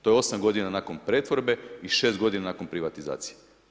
To je 8 godina nakon pretvorbe i 6 godina nakon privatizacije.